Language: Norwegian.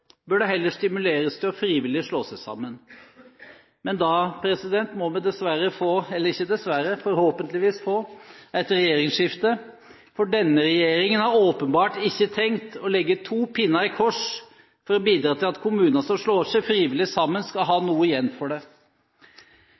bør de heller stimuleres til frivillig å slå seg sammen. Men da må vi forhåpentligvis få et regjeringsskifte, for denne regjeringen har åpenbart ikke tenkt å legge to pinner i kors for å bidra til at kommuner som slår seg frivillig sammen, skal ha noe igjen for det.